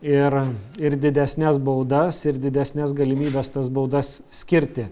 ir ir didesnes baudas ir didesnes galimybes tas baudas skirti